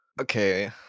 Okay